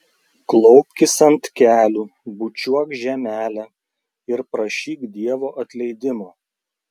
klaupkis ant kelių bučiuok žemelę ir prašyk dievo atleidimo